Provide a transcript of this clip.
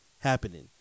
happening